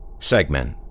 Segment